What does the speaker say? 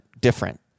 different